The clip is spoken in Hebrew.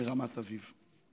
מרמת אביב.